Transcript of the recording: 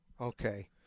Okay